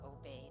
obeyed